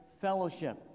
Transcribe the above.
fellowship